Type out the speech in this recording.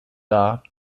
dar